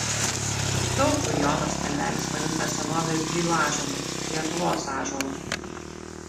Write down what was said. daug kur jonas kalvelis vadintas senovės girių ąžuolu lietuvos ąžuolu